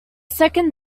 second